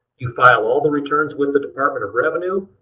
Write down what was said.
you file all the returns with the department of revenue,